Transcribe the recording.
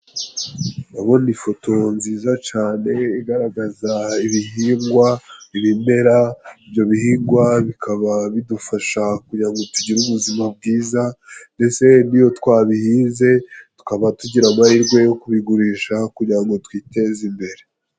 Ndabona ifoto nziza cyane igaragaza ibihingwa, ibimera, ibyo bihingwa bikaba bidufasha kugira ngo tugire ubuzima bwiza, ndetse n'iyo twabihinze tukaba tugira amahirwe yo kubigurisha, kugira ngo twiteze imbere.